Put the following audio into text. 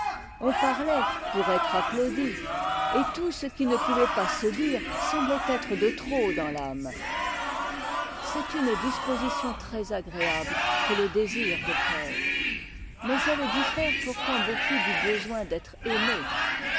on parlait pour être applaudi et tout ce qui ne pouvait pas se dire semblait être de trop dans l'âme c'est une disposition très agréabte que le désir de plaire mais elle diffère pourtant beaucoup du besoin d'être aime